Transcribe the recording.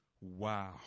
Wow